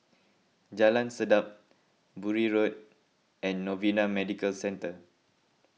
Jalan Sedap Bury Road and Novena Medical Centre